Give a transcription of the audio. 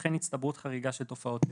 וכן הצטברות חגירה של תופעות טבע.